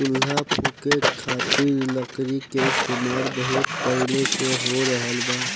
चूल्हा फुके खातिर लकड़ी के इस्तेमाल बहुत पहिले से हो रहल बा